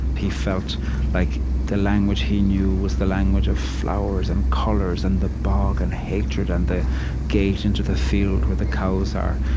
he felt like the language he knew was the language of flowers and colors and the bog and hatred and the gate into the field where the cows are,